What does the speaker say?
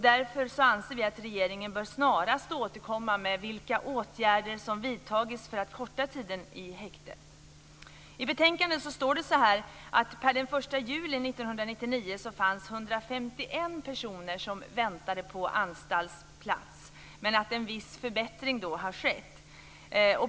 Därför anser vi att regeringen snarast bör återkomma med vilka åtgärder som har vidtagits för att korta tiden i häktet. I betänkandet står det att det per den 1 juli 1999 fanns 151 personer som väntade på anstaltsplats men att en viss förbättring har skett.